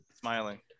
smiling